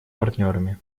партнерами